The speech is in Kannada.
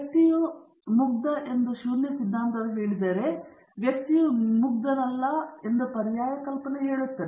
ವ್ಯಕ್ತಿಯು ಮುಗ್ಧ ಎಂದು ಶೂನ್ಯ ಸಿದ್ಧಾಂತವು ಹೇಳಿದರೆ ವ್ಯಕ್ತಿಯು ಮುಗ್ಧರಲ್ಲ ಎಂದು ಪರ್ಯಾಯ ಕಲ್ಪನೆ ಹೇಳುತ್ತದೆ